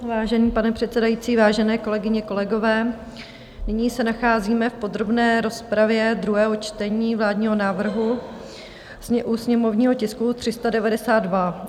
Vážený pane předsedající, vážené kolegyně, kolegové, nyní se nacházíme v podrobné rozpravě druhého čtení vládního návrhu u sněmovního tisku 392.